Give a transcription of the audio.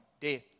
death